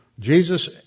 Jesus